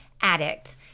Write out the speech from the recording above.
addict